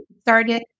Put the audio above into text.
started